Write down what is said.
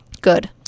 Good